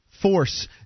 force